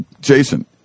Jason